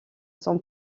son